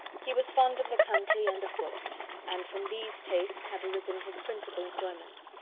he was fond of the country and of books and from these tastes had arisen his principal enjoyments.